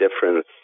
difference